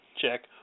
Check